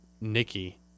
Nikki